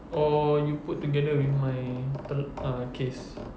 oh you put together with my tel~ uh case